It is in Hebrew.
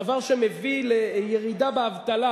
דבר שמביא לירידה באבטלה,